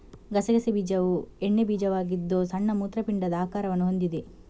ಗಸಗಸೆ ಬೀಜವು ಎಣ್ಣೆ ಬೀಜವಾಗಿದ್ದು ಸಣ್ಣ ಮೂತ್ರಪಿಂಡದ ಆಕಾರವನ್ನು ಹೊಂದಿದೆ